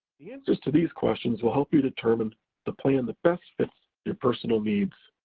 the answers to these questions will help you determine the plan that best fits your personal needs.